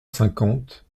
cinquante